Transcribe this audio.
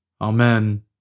Amen